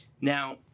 Now